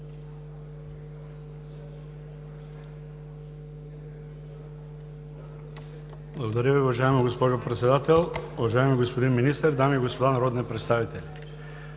Благодаря Ви. Уважаеми господин Председател, уважаеми господин Министър, дами и господа народни представители!